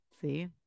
See